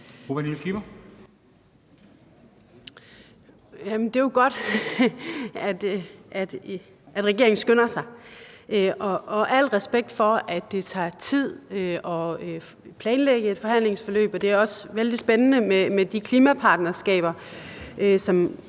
det er jo godt, at regeringen skynder sig, og al respekt for, at det tager tid at planlægge et forhandlingsforløb. Og det er også vældig spændende med de klimapartnerskaber,